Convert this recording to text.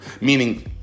Meaning